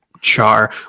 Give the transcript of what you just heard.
char